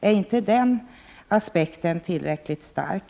Är inte den aspekten tillräckligt stark?